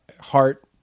heart